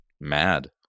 mad